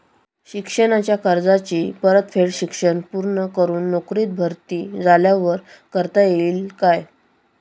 शिक्षणाच्या कर्जाची परतफेड शिक्षण पूर्ण करून नोकरीत भरती झाल्यावर करता येईल काय?